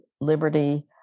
liberty